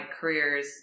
careers